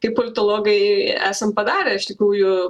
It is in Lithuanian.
kaip politologai esam padarę iš tikrųjų